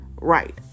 Right